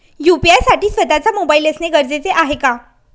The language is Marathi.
यू.पी.आय साठी स्वत:चा मोबाईल असणे गरजेचे आहे का?